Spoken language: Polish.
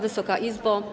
Wysoka Izbo!